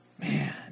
Man